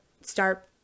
start